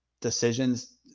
decisions